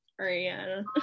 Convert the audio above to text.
Ariana